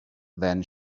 then